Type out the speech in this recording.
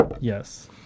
Yes